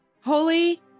Holy